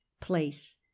place